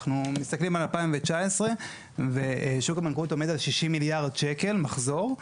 אנחנו מסתכלים על 2019 ושוק הבנקאות עומד על 60 מיליארד שקלים מחזור.